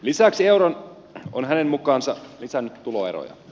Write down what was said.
lisäksi euro on hänen mukaansa lisännyt tuloeroja